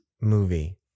movie